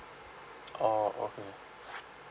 orh okay